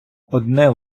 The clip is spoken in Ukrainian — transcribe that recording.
одне